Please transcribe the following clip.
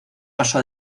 pasó